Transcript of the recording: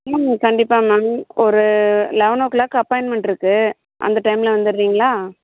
ம் கண்டிப்பாக மேம் ஒரு லெவன் ஓ க்ளாக் அப்பாயின்மென்ட் இருக்குது அந்த டைமில் வந்துடுறீங்களா